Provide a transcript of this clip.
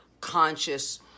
conscious